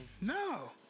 No